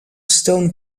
stone